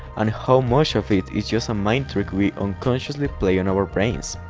and how much of it is just a mind trick, we unconsciously play in our brains,